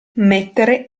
mettere